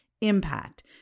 impact